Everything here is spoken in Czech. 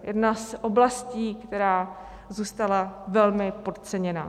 Jedna z oblastí, která zůstala velmi podceněna.